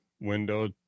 window